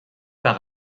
par